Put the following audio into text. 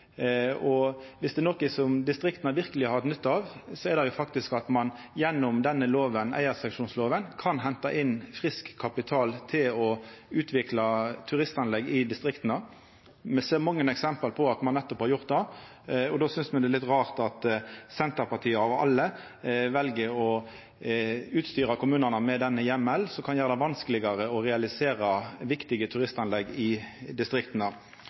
og om det er noko distrikta verkeleg har nytte av, er det faktisk at ein gjennom eigarseksjonslova kan henta inn frisk kapital til å utvikla turistanlegg i distrikta. Me ser mange eksempel på at ein nettopp har gjort det, og då synest me det er litt rart at Senterpartiet, av alle, vel å utstyra kommunane med denne heimelen som kan gjera det vanskelegare å realisera viktige turistanlegg i distrikta.